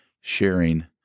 sharing